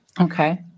Okay